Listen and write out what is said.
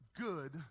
good